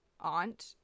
aunt